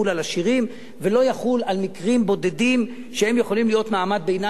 על עשירים ולא יחול על מקרים בודדים שיכולים להיות מעמד ביניים,